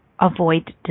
avoid